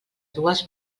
dues